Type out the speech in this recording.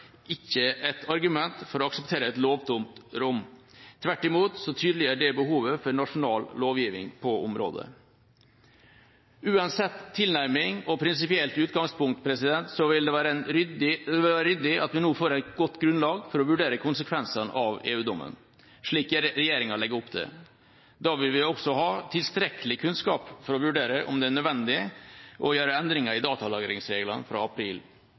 ikke et argument for å akseptere et lovtomt rom. Tvert imot så tydeliggjør dette behovet for nasjonal lovgivning på området. Uansett tilnærming og prinsipielt utgangspunkt vil det være ryddig at vi nå får et godt grunnlag for å vurdere konsekvensene av EU-dommen, slik regjeringa legger opp til. Da vil vi også ha tilstrekkelig kunnskap for å vurdere om det er nødvendig å gjøre endringer i datalagringsreglene fra april